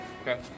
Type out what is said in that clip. Okay